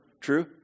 True